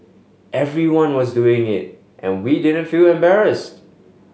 everyone was doing it and we didn't feel embarrassed